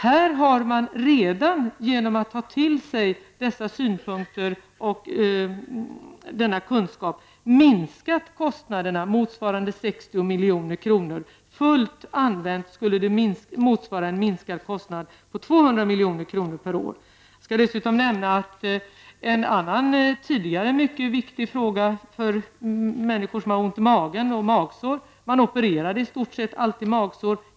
Här har man redan, genom att ta till sig synpunkter och kunskaper, minskat kostnaderna med motsvarande 60 milj.kr. Fullt använt skulle det motsvara en minskning av kostnaderna med 200 miljoner per år. Jag kan dessutom nämna en annan tidigare mycket viktig fråga för människor som har ont i magen. Man opererade i stort sett alltid magsår.